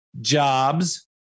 Jobs